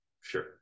sure